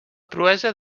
proesa